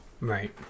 right